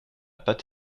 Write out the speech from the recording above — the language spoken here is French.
pâte